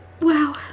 Wow